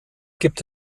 gibt